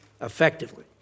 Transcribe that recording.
effectively